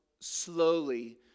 slowly